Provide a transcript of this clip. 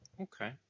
Okay